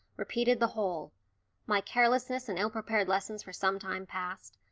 repeated the whole my carelessness and ill-prepared lessons for some time past,